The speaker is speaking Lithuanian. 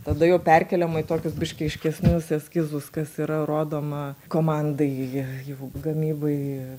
tada jau perkeliama į tokius biškį aiškesnius eskizus kas yra rodoma komandai jau gamybai